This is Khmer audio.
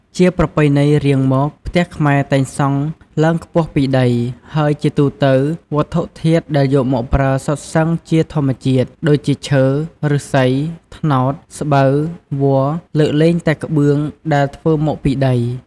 ជាប្រពៃណីរៀងមក ផ្ទះខ្មែរតែងសង់ឡើងខ្ពស់ពីដី ហើយជាទូទៅ វត្ថុធាតុដែលយកមកប្រើសុទ្ធសឹងជាធម្មជាតិ ដូចជាឈើ, ឫស្សី, ត្នោត, ស្បូវ, វល្លិ... លើកលែងតែក្បឿងដែលធ្វើមកពីដី។